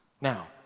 Now